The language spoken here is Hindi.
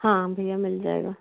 हाँ भैया मिल जाएगा